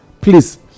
Please